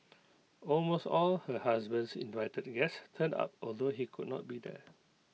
almost all her husband's invited guests turned up although he could not be there